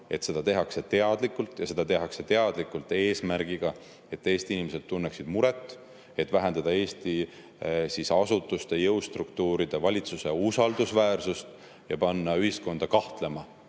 me peame aru saama, et seda tehakse teadlikult ja eesmärgiga, et Eesti inimesed tunneksid muret, et vähendada Eesti asutuste, jõustruktuuride ja valitsuse usaldusväärsust ning panna ühiskonda kahtlema